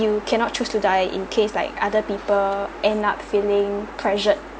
you cannot choose to die in case like other people end up feeling pressured